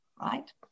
right